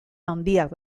handiak